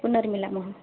पुनर्मिलामः